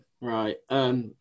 Right